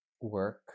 work